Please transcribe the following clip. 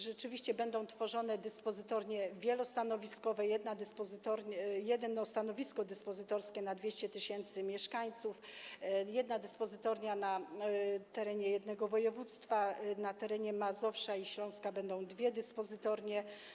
Rzeczywiście będą tworzone dyspozytornie wielostanowiskowe, jedno stanowisko dyspozytorskie na 200 tys. mieszkańców, jedna dyspozytornia na terenie jednego województwa, na terenie Mazowsza i Śląska będą dwie dyspozytornie.